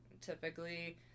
typically